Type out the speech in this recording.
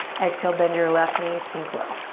exhale, bend your left knee, sink low.